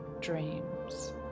dreams